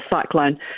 cyclone